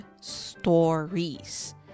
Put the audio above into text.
stories